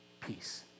peace